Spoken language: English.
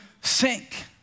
sink